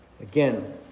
Again